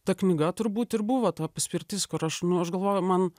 ta knyga turbūt ir buvo ta paspirtis kur aš nu aš galvoju man